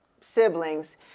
siblings